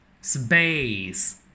Space